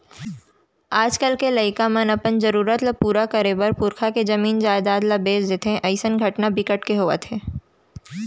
आजकाल के लइका मन अपन जरूरत ल पूरा करे बर पुरखा के जमीन जयजाद ल बेच देथे अइसन घटना बिकट के होवत हे